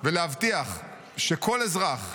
ולהבטיח שכל אזרח,